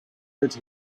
that